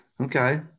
okay